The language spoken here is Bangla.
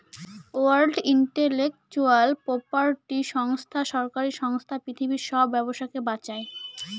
ওয়ার্ল্ড ইন্টেলেকচুয়াল প্রপার্টি সংস্থা সরকারি সংস্থা পৃথিবীর সব ব্যবসাকে বাঁচায়